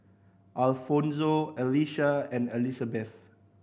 Alfonzo Alicia and Elisabeth